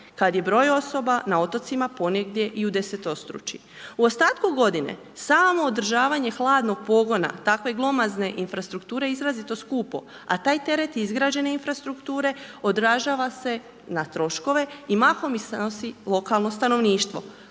kad se broj osoba ponegdje i udesetostruči. U ostatku godine, samo održavanje hladnog pogona takve glomazne infrastrukture izrazito je skupo a taj teret izgrađene infrastrukture održava se na troškove i mahom ih …/Govornik